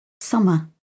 Summer